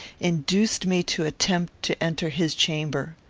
induced me to attempt to enter his chamber.